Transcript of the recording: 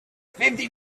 fifty